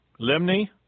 Limni